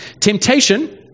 Temptation